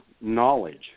knowledge